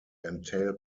entail